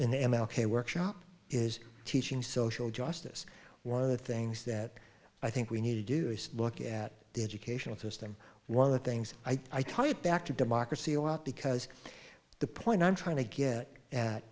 the m l k workshop is teaching social justice one of the things that i think we need to do is look at the educational system one of the things i tie it back to democracy a lot because the point i'm trying to get at